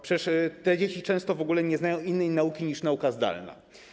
Przecież te dzieci często w ogóle nie znają innej nauki niż nauka zdalna.